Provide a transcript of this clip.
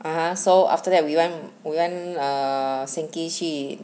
(uh huh) so after that we went we went ah 去